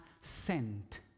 sent